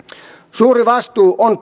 suuri vastuu on